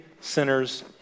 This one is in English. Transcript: sinners